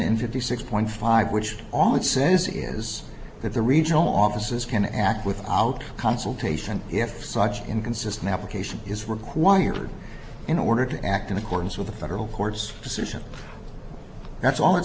in fifty six point five which all it says is that the regional offices can act without consultation if such inconsistent application is required in order to act in accordance with the federal court's decision that's all it